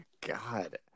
God